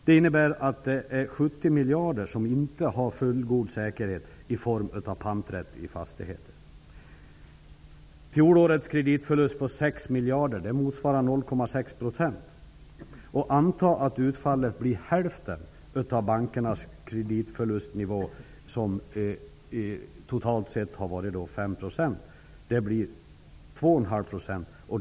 Det innebär att det inte finns fullgod säkerhet i form av panträtt i fastigheter för 0,6 %. Anta att utfallet blir hälften av bankernas kreditförlustnivå, vilken totalt sett har varit 5 %. Det ger 2 1/2 %.